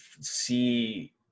see